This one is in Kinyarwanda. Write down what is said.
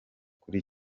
kuri